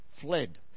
Fled